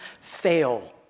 fail